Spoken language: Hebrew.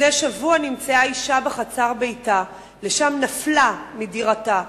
לפני שבוע נמצאה אשה בחצר, לשם נפלה מדירתה.